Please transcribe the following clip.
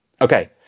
Okay